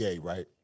right